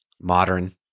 modern